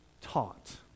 taught